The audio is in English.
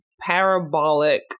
Parabolic